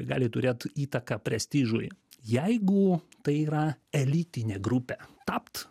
gali turėt įtaką prestižui jeigu tai yra elitinė grupė tapt